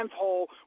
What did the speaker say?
hole